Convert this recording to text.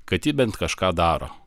kad ji bent kažką daro